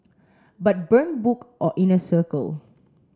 but burn book or inner circle